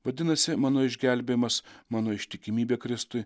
vadinasi mano išgelbėjimas mano ištikimybė kristui